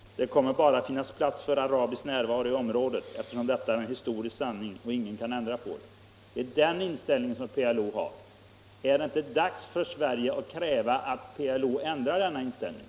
Det kommer bara att finnas plats för arabisk närvaro i området, eftersom detta är en historisk sanning som ingen kan ändra på.” Det är den inställningen PLO har. Är det inte dags för Sverige att kräva att PLO ändrar denna inställning?